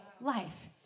life